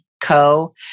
Co